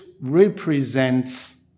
represents